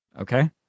Okay